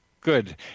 Good